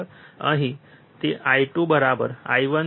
અહીં તે I2I1V1 R1 હશે